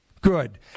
Good